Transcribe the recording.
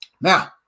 Now